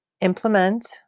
implement